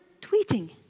tweeting